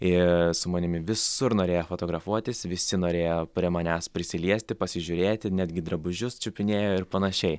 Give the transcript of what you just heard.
ir su manimi visur norėjo fotografuotis visi norėjo prie manęs prisiliesti pasižiūrėti netgi drabužius čiupinėjo ir panašiai